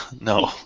No